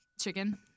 chicken